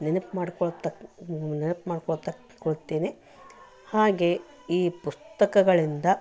ನೆನಪು ಮಾಡ್ಕೊಳ್ತಾ ನೆನಪು ಮಾಡ್ಕೊಳ್ತಾ ಕುಳಿತೀನಿ ಹಾಗೆ ಈ ಪುಸ್ತಕಗಳಿಂದ